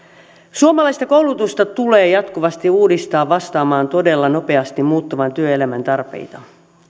suomalaista koulutusta tulee jatkuvasti uudistaa vastaamaan todella nopeasti muuttuvan työelämän tarpeita